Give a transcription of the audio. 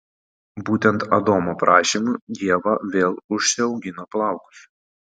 būtent adomo prašymu ieva vėl užsiaugino plaukus